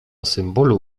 symbolu